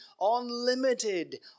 unlimited